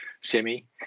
semi